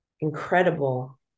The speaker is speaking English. incredible